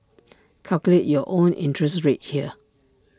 calculate your own interest rate here